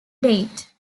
date